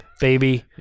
baby